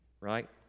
Right